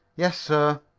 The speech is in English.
yes, sir.